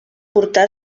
portar